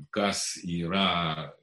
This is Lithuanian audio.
kas yra